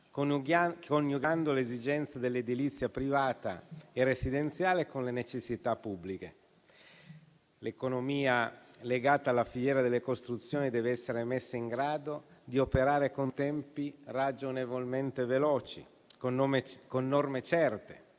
coniugando le esigenze dell'edilizia privata e residenziale con le necessità pubbliche. L'economia legata alla filiera delle costruzioni deve essere messa in grado di operare con tempi ragionevolmente veloci, con norme certe,